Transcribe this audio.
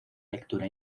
lectura